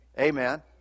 Amen